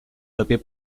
paper